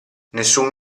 nessun